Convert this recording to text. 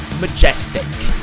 majestic